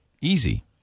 Easy